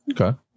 Okay